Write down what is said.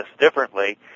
differently